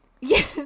Yes